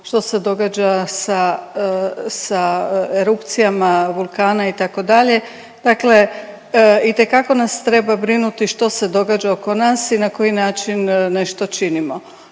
što se događa sa erupcijama vulkana itd. Dakle, itekako nas treba brinuti što se događa oko nas i na koji način nešto činimo.